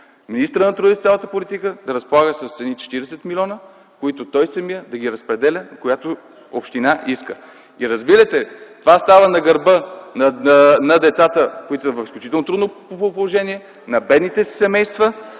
Министърът на труда и социалната политика да разполага с едни 40 милиона, които той самият да ги разпределя в която община иска. Разбира се, това става на гърба на децата, които са в изключително трудно положение, на бедните семейства.